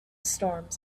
storms